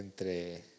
entre